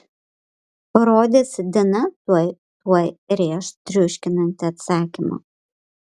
rodėsi dina tuoj tuoj rėš triuškinantį atsakymą